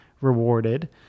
rewarded